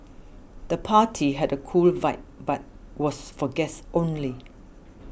the party had a cool vibe but was for guests only